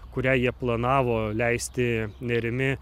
kurią jie planavo leisti nerimi